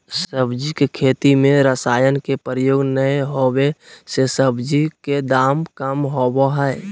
सब्जी के खेती में रसायन के प्रयोग नै होबै से सब्जी के दाम कम होबो हइ